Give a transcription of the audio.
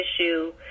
issue